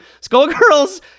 Skullgirls